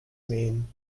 mean